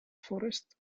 forest